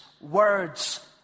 words